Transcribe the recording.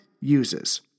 uses